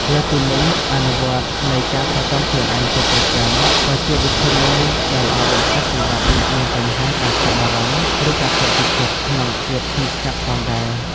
លើសពីនេះ អនុវត្តនៃការថែទាំខ្លួនឯងជាប្រចាំក៏ជាវិធីមួយដែលល្អបំផុតសម្រាប់អ្នកមានបញ្ហាការថប់បារម្ភ ឬការធ្លាក់ទឹកចិត្តក្នុងភាពស្ងៀមស្ងាត់ផងដែរ។